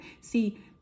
See